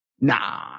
Nah